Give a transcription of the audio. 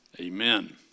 Amen